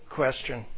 question